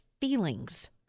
feelings